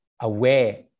aware